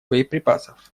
боеприпасов